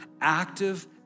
active